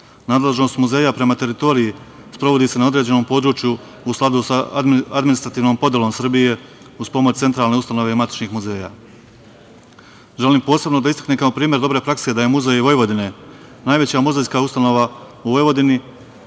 muzeja prema teritoriji sprovodi se na određenom području u skladu sa administrativnom podelom Srbije uz pomoć centralne ustanove i matičnih muzeja. Želim posebno da istaknem, kao primer dobre prakse, da je Muzej Vojvodine najveća muzejska ustanova u Vojvodini